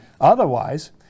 Otherwise